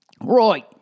Roy